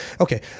okay